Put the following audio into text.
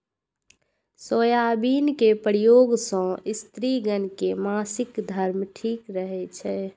soybean के प्रयोग सं स्त्रिगण के मासिक धर्म ठीक रहै छै